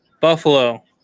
Buffalo